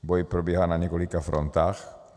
Boj probíhá na několika frontách.